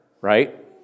right